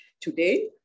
Today